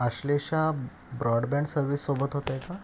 Ashlesha broadband सर्विससोबत होत आहे का